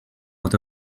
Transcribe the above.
out